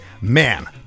man